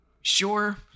Sure